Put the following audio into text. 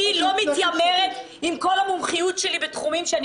לא מתיימרת עם כל המומחיות שלי בתחומים שאני